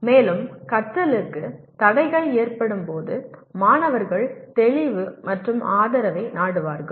மேலும் கற்றலுக்கு தடைகள் ஏற்படும் போது மாணவர்கள் தெளிவு மற்றும் ஆதரவை நாடுவார்கள்